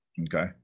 Okay